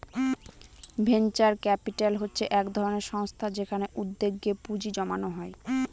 venture capital হচ্ছে এক ধরনের সংস্থা যেখানে উদ্যোগে পুঁজি জমানো হয়